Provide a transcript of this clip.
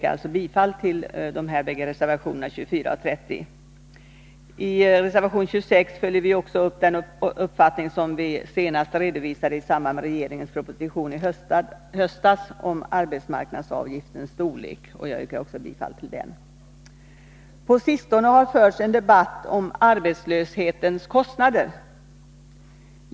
Jag yrkar bifall till reservationerna 24 och 30. I reservation 26 följer vi upp den åsikt om arbetsmarknadsavgiftens storlek som vi senast redovisade i samband med regeringens proposition i höstas. Jag yrkar bifall också till reservation 26. På sistone har det förts en debatt om arbetslöshetens kostnader.